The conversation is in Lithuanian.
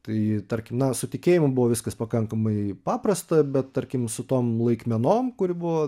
tai tarkim na su tikėjimu buvo viskas pakankamai paprasta bet tarkim su tom laikmenom kuri buvo